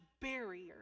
barrier